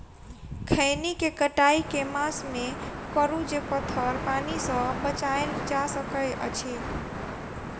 खैनी केँ कटाई केँ मास मे करू जे पथर पानि सँ बचाएल जा सकय अछि?